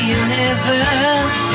universe